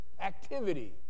activity